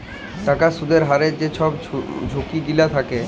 টাকার সুদের হারের যে ছব ঝুঁকি গিলা থ্যাকে